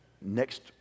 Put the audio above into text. next